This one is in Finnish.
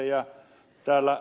kun ed